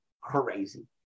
crazy